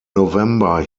november